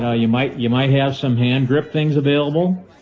ah you might you might have some hand grip things available.